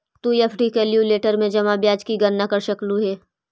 तु FD calculator में जमा ब्याज की गणना कर सकलू हे